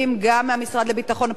גם מהמשרד לביטחון פנים,